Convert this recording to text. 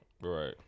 right